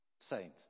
Saint